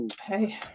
Hey